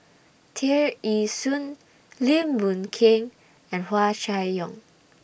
Tear Ee Soon Lim Boon Keng and Hua Chai Yong